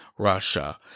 Russia